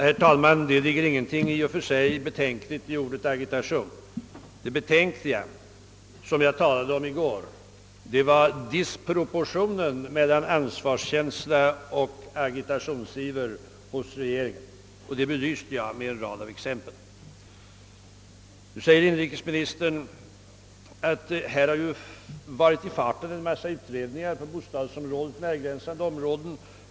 Herr talman! Det ligger inte i och för sig något betänkligt i ordet agitation. Det betänkliga, som jag talade om i går, är disproportionen mellan ansvarskänsla och agitationsiver hos regeringen. Detta belyste jag med en rad exempel. Nu säger inrikesministern att en mängd utredningar igångsatts på bostadsområdet och närliggande områden.